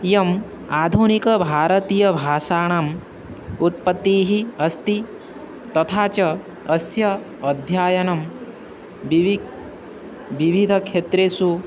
इयं आधुनिकभारतीयभाषाणाम् उत्पत्तिः अस्ति तथा च अस्य अध्ययनं बिवि विविध क्षेत्रेषु